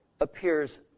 appears